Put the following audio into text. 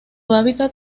hábitat